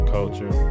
Culture